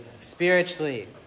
Spiritually